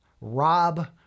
Rob